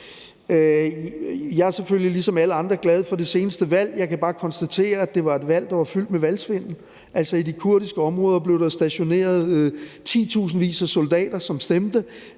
Jeg er selvfølgelig ligesom alle andre glade for det seneste valg, men jeg kan bare konstatere, at det var et valg, der var fyldt med valgsvindel. I de kurdiske områder blev der stationeret titusindvis af soldater, som stemte